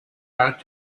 out